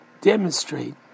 demonstrate